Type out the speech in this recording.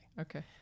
Okay